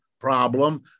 problem